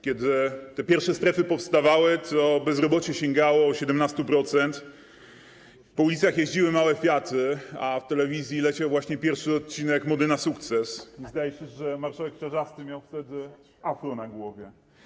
Kiedy te pierwsze strefy powstawały, bezrobocie sięgało 17%, po ulicach jeździły małe fiaty, a w telewizji leciał właśnie pierwszy odcinek „Mody na sukces” i, zdaje się, marszałek Czarzasty miał wtedy afro na głowie.